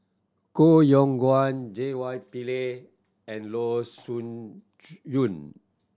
Koh Yong Guan J Y Pillay and Loo Choon Yong